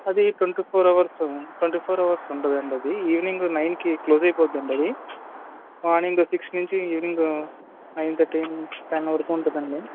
అది twenty four hours twenty four hours ఉంటదండి అది ఈవినింగ్ నైన్కి క్లోజ్ అయిపోద్దండి అది మార్నింగ్ సిక్స్ నుంచి ఈవినింగ్ నైన్ థర్టీ టెన్ వరకు ఉంటుందండి